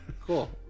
Cool